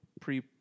pre